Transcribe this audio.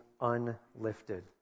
unlifted